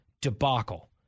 debacle